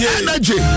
energy